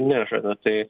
nežada tai